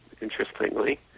interestingly